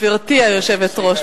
גברתי היושבת-ראש,